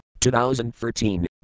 2013